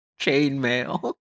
chainmail